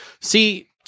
See